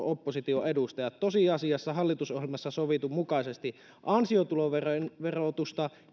opposition edustajat niin tosiasiassa hallitusohjelmassa sovitun mukaisesti ansiotuloverotusta